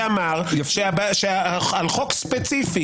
ולכן יכול מאוד להיות שנפיץ הערב או מחר גם נוסח של המודל הבריטי,